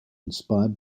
inspired